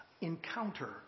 encounter